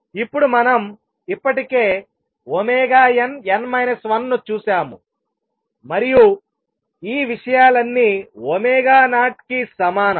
ఇప్పుడుమనం ఇప్పటికే nn 1 ను చూశాము మరియు ఈ విషయాలన్నీ0 కి సమానం